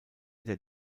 der